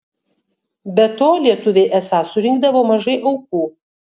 be to lietuviai esą surinkdavo mažai aukų